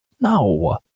No